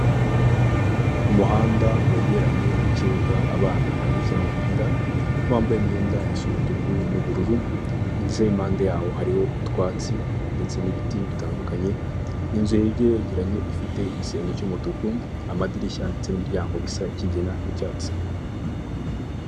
Umuhanda wegeranye n'ikibuga abana bari gukiniramo umupira bambaye imyenda isa umutuku n'ubururu. Inzira iri impande yabo hariho utwatsi ndetse n'ibiti bitandukanye. Inzu byegeranye ifite igisenge cy'umutuku, amadirishya ndetse n'imiryango bisa ikigina n'icyatsi.